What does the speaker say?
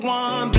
one